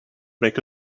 make